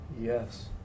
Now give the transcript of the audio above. Yes